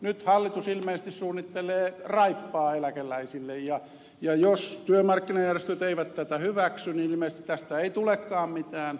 nyt hallitus ilmeisesti suunnittelee raippaa eläkeläisille ja jos työmarkkinajärjestöt eivät tätä hyväksy niin ilmeisesti tästä ei tulekaan mitään